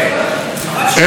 (חבר הכנסת ירון מזוז יוצא מאולם המליאה.) אין ולא תהיה שום אפליה,